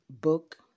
book